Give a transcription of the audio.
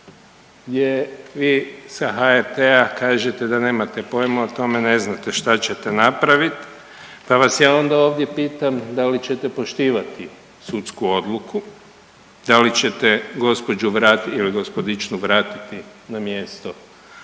gdje vi sa HRT-a kažete da nemate pojma o tome, ne znate što ćete napraviti. Pa vas ja onda ovdje pitam, da li ćete poštivati sudsku odluku? Da li ćete gospođu vratiti ili gospodičnu vratiti na mjesto s